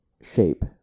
shape